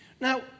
Now